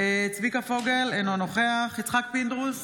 צביקה פוגל, אינו נוכח יצחק פינדרוס,